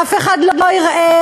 אף אחד לא ערער: